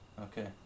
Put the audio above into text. Okay